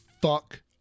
fuck